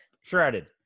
shredded